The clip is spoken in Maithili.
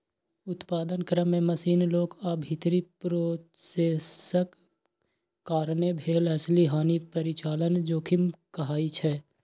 उत्पादन क्रम मे मशीन, लोक आ भीतरी प्रोसेसक कारणेँ भेल असली हानि परिचालन जोखिम कहाइ छै